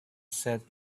said